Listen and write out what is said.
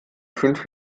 fünf